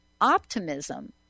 optimism